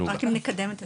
רק אם נקדם את הנושא.